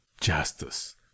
justice